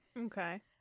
Okay